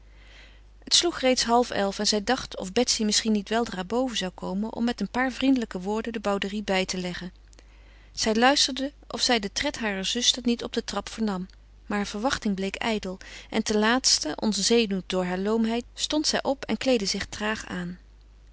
het sloeg reeds halfelf en zij dacht of betsy misschien niet weldra boven zou komen om met een paar vriendelijke woorden de bouderie bij te leggen zij luisterde of zij den tred harer zuster niet op de trap vernam maar haar verwachting bleek ijdel en ten laatste ontzenuwd door haar loomheid stond zij op en kleedde zich traag aan